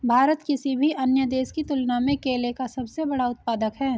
भारत किसी भी अन्य देश की तुलना में केले का सबसे बड़ा उत्पादक है